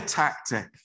tactic